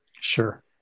sure